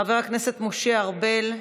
חבר הכנסת משה ארבל,